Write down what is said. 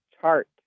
Chart